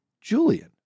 Julian